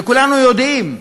וכולנו יודעים,